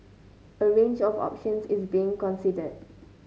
a range of options is being considered